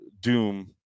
doom